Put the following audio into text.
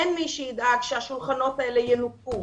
אין מי שידאג שהשולחנות האלה ינוקו.